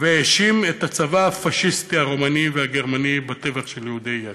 והאשים את הצבא הפאשיסטי הרומני והגרמני בטבח של יהודי יאש.